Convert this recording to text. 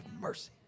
mercy